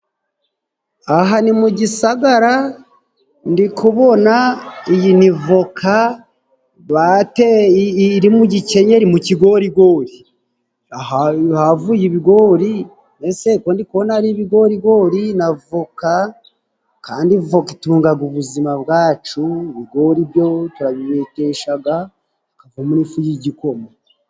Aha ni mu gisagara, ndikubona iyi nivoka bateye iri mu gikenyeri, mu kigorigori. Aha havuye ibigori none se ko ndikubona ari ibigorigori n'avoka kandi voka itungaga ubuzima bwacu. Ibigori byo turabibeteshaga hakavamo ifu y'igikoma.